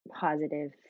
positive